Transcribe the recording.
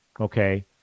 Okay